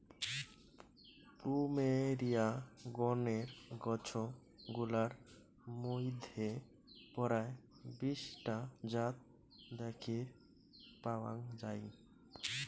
plumeria গণের গছ গুলার মইধ্যে পরায় বিশ টা জাত দ্যাখির পাওয়াং যাই